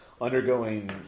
undergoing